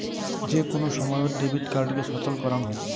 যে কোন সময়ত ডেবিট কার্ডকে সচল করাং হই